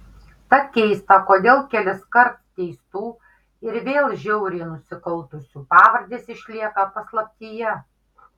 tad keista kodėl keliskart teistų ir vėl žiauriai nusikaltusių pavardės išlieka paslaptyje